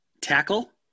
tackle